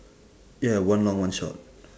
ya one long one short